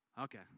Okay